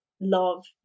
love